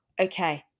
okay